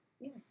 Yes